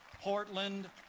Portland